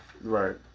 Right